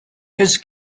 his